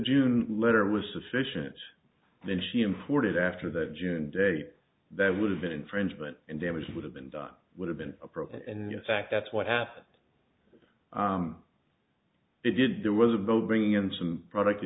june letter was sufficient then she imported after that june day that would have been infringement and damages would have been done would have been appropriate and the fact that's what happened it did there was a boat bringing in some product